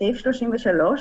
בסעיף 33,